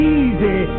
easy